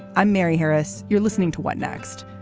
i'm mary harris. you're listening to what next.